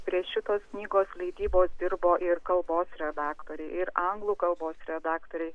prie šitos knygos leidybos dirbo ir kalbos redaktoriai ir anglų kalbos redaktoriai